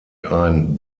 ein